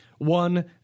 One